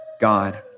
God